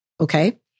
Okay